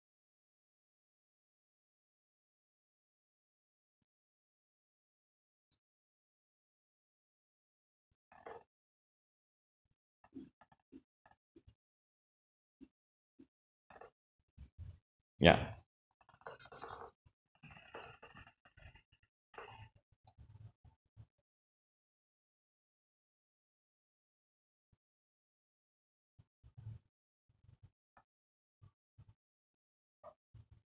yup